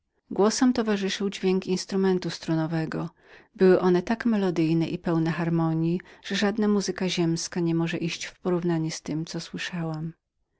tym towarzyszył dźwięk narzędzia o stronach ale muzyka tak zgadzała się ze śpiewem że żadna harmonja ziemska nie może iść w porównanie z tem co słyszałam